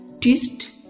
twist